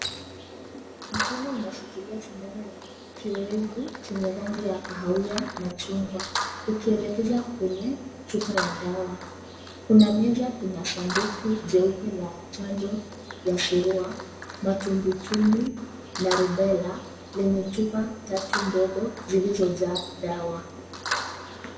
Mkono unashikilia sindano yenye kioevu chenye rangi ya kahawia-machungwa ukielekeza kwenye chupa ya dawa. Kuna meza, kuna sanduku jeupe la chanjo ya Surua, matumbwitumbwi na Rubella lenye chupa tatu ndogo zilizojaa dawa.